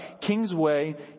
Kingsway